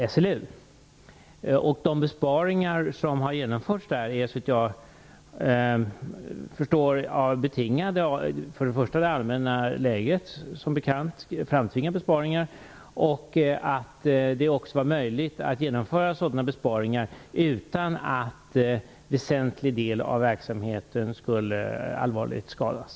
Såvitt jag förstår är de besparingar som har genomförts där betingade av det allmänna läget - framtvingade besparingar - och av att det var möjligt att genomföra besparingar utan att en väsentlig del av verksamheten allvarligt skulle skadas.